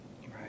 Right